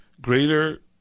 greater